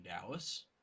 Dallas